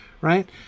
right